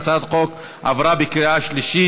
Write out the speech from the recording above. הצעת החוק עברה בקריאה שלישית,